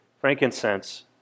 frankincense